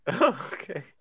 Okay